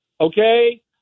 Okay